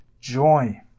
joy